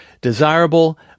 desirable